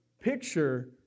picture